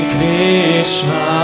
Krishna